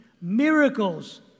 miracles